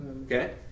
okay